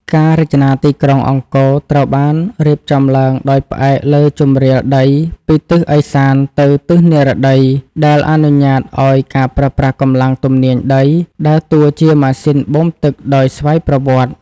ការរចនាទីក្រុងអង្គរត្រូវបានរៀបចំឡើងដោយផ្អែកលើជម្រាលដីពីទិសឦសានទៅទិសនិរតី ដែលអនុញ្ញាតឱ្យការប្រើប្រាស់កម្លាំងទំនាញដី ដើរតួជាម៉ាស៊ីនបូមទឹកដោយស្វ័យប្រវត្តិ។